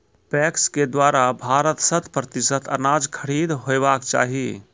PACS द्वारा शत प्रतिसत अनाज खरीद हेवाक चाही?